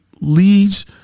leads